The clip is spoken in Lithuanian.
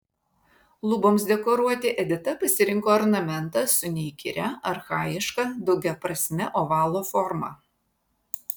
luboms dekoruoti edita pasirinko ornamentą su neįkyria archajiška daugiaprasme ovalo forma